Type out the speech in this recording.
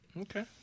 Okay